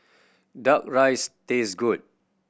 Duck Rice taste good